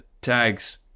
tags